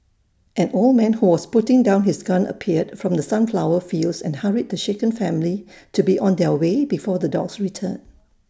an old man who was putting down his gun appeared from the sunflower fields and hurried the shaken family to be on their way before the dogs return